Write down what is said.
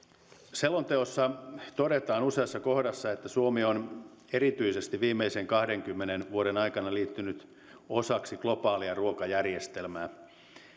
selonteossa todetaan useassa kohdassa että suomi on erityisesti viimeisen kahdenkymmenen vuoden aikana liittynyt osaksi globaalia ruokajärjestelmää